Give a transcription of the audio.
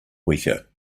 weaker